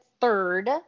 third